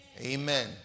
Amen